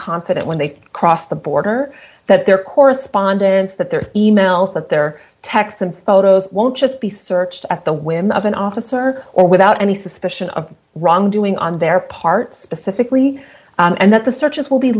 confident when they cross the border that their correspondence that their e mails that their texts and photos won't just be searched at the whim of an officer or without any suspicion of wrongdoing on their part specifically and that the searches will be